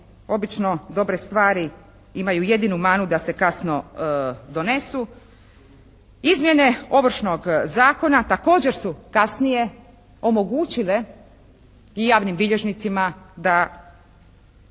obično dobre stvari imaju jedinu manu da se kasno donesu. Izmjene Ovršnog zakona također su kasnije omogućile i javnim bilježnicima da